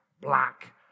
black